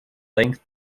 length